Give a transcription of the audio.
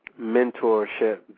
mentorship